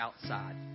outside